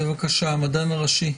המדען הראשי,